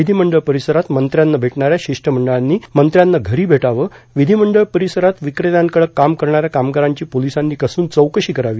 विधिमंडळ परिसरात मंत्र्यांना भेटणाऱ्या शिष्टमंडळांनी मंत्र्यांना घरी भेटावं विधिमंडळ परिसरात विकेत्यांकडं काम करणाऱ्या कामगारांची पोलिसांनी कसून चौकशी करावी